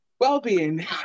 Well-being